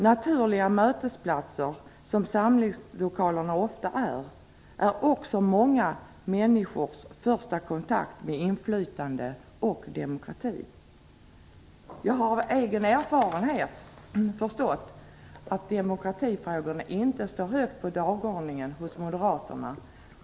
Naturliga mötesplatser som samlingslokalerna ofta är, är också många människors första kontakt med inflytande och demokrati. Jag har av egen erfarenhet förstått att demokratifrågorna inte står högt på dagordningen hos moderaterna.